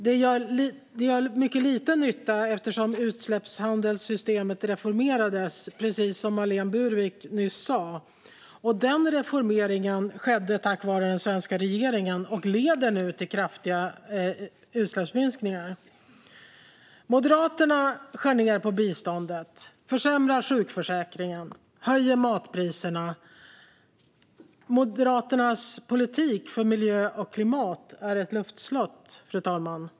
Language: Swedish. Det gör mycket liten nytta, eftersom utsläppshandelssystemet reformerades, precis som Marlene Burwick nyss sa. Den reformeringen skedde tack vare den svenska regeringen och leder nu till kraftiga utsläppsminskningar. Moderaterna skär ned på biståndet, försämrar sjukförsäkringen och höjer matpriserna. Moderaternas politik för miljö och klimat är ett luftslott, fru talman.